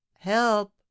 help